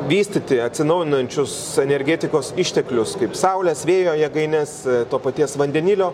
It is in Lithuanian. vystyti atsinaujinančius energetikos išteklius kaip saulės vėjo jėgaines to paties vandenilio